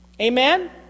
Amen